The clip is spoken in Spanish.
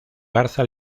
garza